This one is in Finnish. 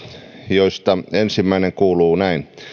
joista ensimmäinen kuuluu näin